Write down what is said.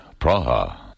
Praha